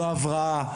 לא הבראה,